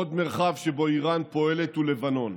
עוד מרחב שבו איראן פועלת הוא לבנון.